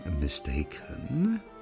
mistaken